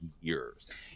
years